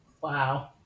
Wow